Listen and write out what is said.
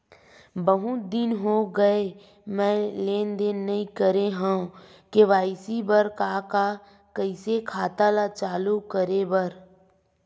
बहुत दिन हो गए मैं लेनदेन नई करे हाव के.वाई.सी बर का का कइसे खाता ला चालू करेबर?